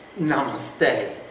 Namaste